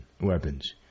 weapons